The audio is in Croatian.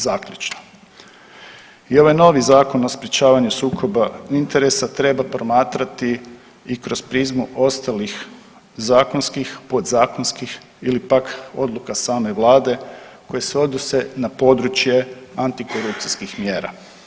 Zaključno: I ovaj novi Zakon o sprječavanju sukoba interesa treba promatrati i kroz prizmu ostalih zakonskih, podzakonskih ili pak Odluka same Vlade koje se odnose na područje antikorupcijskih mjera.